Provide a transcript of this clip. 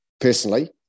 personally